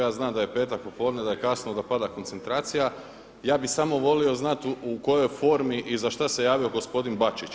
Ja znam da je petak popodne, da je kasno, da pada koncentracija, ja bih samo volio znati u kojoj je formi i za šta se javio gospodin Bačić?